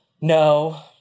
No